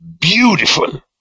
Beautiful